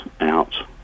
out